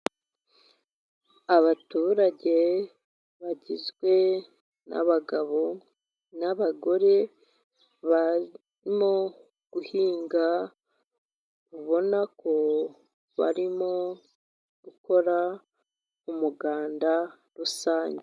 Abaturage bagizwe n'abagabo n'abagore, barimo guhinga. Ubona ko barimo gukora umuganda rusange.